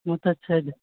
ओ तऽ छै